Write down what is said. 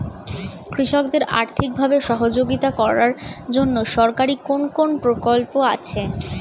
কৃষকদের আর্থিকভাবে সহযোগিতা করার জন্য সরকারি কোন কোন প্রকল্প আছে?